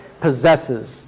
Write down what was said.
possesses